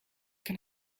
can